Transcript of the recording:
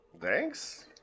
Thanks